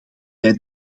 wij